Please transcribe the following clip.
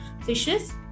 fishes